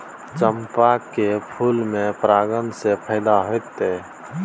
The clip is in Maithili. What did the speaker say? चंपा के फूल में परागण से फायदा होतय?